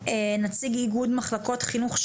אני מבקשת לתת את רשות הדיבור לנציג איגוד מחלקות חינוך,